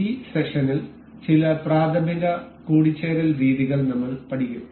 ഈ സെഷനിൽ ചില പ്രാഥമിക കൂടിചേരൽ രീതികൾ നമ്മൾ പഠിക്കും